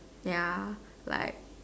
ya like